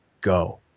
go